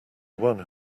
one